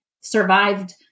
survived